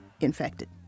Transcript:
infected